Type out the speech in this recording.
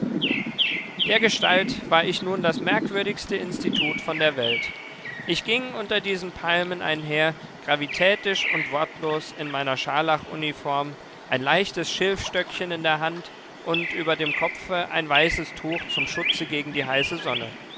dergestalt war ich nun das merkwürdigste institut von der welt ich ging unter diesen palmen einher gravitätisch und wortlos in meiner scharlachuniform ein leichtes schilfstöckchen in der hand und über dem kopfe ein weißes tuch zum schutze gegen die heiße sonne